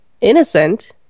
innocent